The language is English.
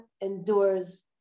endures